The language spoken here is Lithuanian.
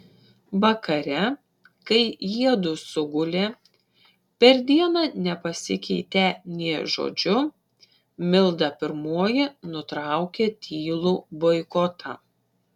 vakare kai jiedu sugulė per dieną nepasikeitę nė žodžiu milda pirmoji nutraukė tylų boikotą